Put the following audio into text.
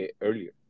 earlier